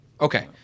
okay